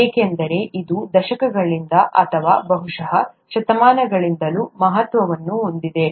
ಏಕೆಂದರೆ ಇದು ದಶಕಗಳಿಂದ ಅಥವಾ ಬಹುಶಃ ಶತಮಾನಗಳಿಂದಲೂ ಮಹತ್ವವನ್ನು ಹೊಂದಿದೆ